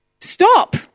Stop